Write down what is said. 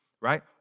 right